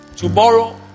Tomorrow